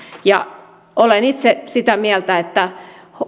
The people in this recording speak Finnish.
olen itse sitä mieltä että